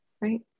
Right